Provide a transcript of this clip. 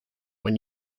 when